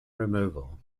removal